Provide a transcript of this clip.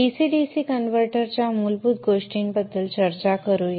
DC DC कन्व्हर्टरच्या मूलभूत गोष्टींबद्दल चर्चा करूया